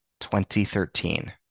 2013